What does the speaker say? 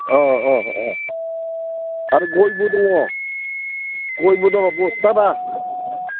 अ अ अ आरो गयबो दङ गयबो दङ बसथा बा